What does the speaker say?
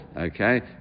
Okay